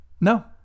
No